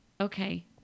Okay